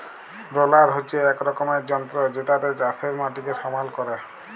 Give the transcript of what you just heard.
roller হচ্যে এক রকমের যন্ত্র জেতাতে চাষের মাটিকে সমাল ক্যরে